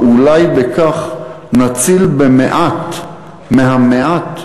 ואולי בכך נציל במעט מהמעט